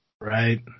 Right